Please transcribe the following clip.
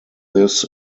this